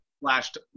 flashed